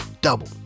double